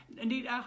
Indeed